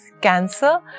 Cancer